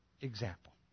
example